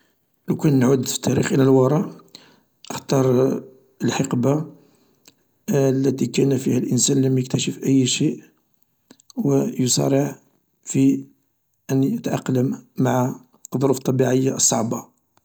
لوكان نعود في التاريخ إلى للوراء أختار الحقبة التي كان فيها الانسان لم يكتشف أي شيء و يصارع في ان يتاقلم مع الظروف الطبيعية الصعبة